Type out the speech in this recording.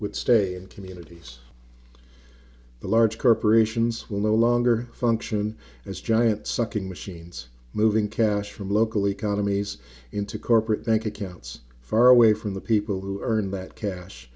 would stay and communities the large corporations will no longer function as giant sucking machines moving cash from local economies into corporate bank accounts far away from the people who earn that cash